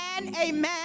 amen